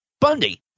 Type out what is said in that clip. Bundy